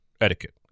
etiquette